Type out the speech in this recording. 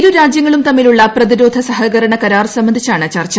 ഇരു രാജ്യങ്ങളും തമ്മിലുള്ള പ്രതിരോധ സഹകരണ കരാർ സംബന്ധിച്ചാണ് ചർച്ച